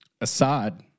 Assad